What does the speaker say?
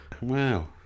Wow